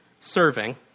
serving